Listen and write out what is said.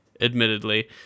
admittedly